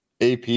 AP